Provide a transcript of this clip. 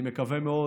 אני מקווה מאוד,